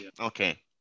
Okay